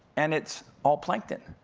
and it's all plankton.